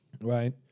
Right